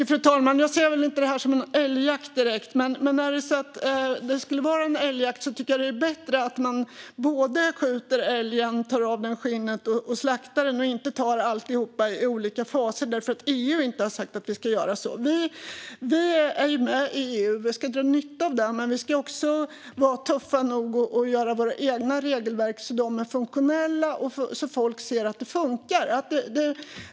Fru talman! Jag ser väl inte det här som en älgjakt direkt, men om det skulle vara en älgjakt tycker jag att det är bättre att man både skjuter älgen, tar av den skinnet och slaktar den på samma gång i stället för att ta allt i olika faser för att EU har sagt att vi ska göra så. Vi är med i EU och ska dra nytta av det, men vi ska också vara tuffa nog att göra våra egna regelverk så att de är funktionella och folk ser att detta funkar.